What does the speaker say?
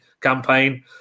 campaign